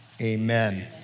Amen